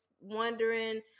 wondering